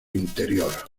interior